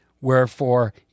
Wherefore